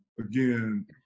again